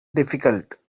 difficult